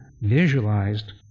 visualized